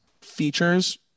features